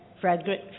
Frederick